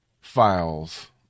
files